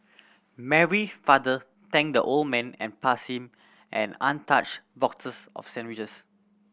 Mary's father thanked the old man and passed him an untouched box of sandwiches